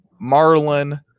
Marlin